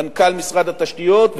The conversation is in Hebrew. מנכ"ל משרד התשתיות,